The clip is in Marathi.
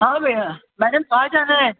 हां मिला मॅडम कहा जाना है